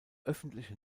öffentliche